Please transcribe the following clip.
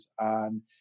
on